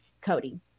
Cody